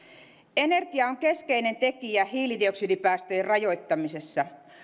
energia on keskeinen tekijä hiilidioksidipäästöjen rajoittamisessa